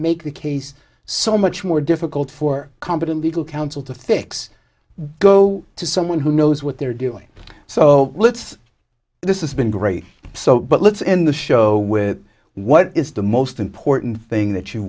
make the case so much more difficult for competent legal counsel to fix the go to someone who knows what they're doing so let's this is been great so let's end the show with what is the most important thing that you